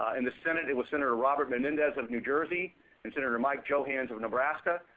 in the senate it was senator robert menendez of new jersey and senator mike johanns of nebraska.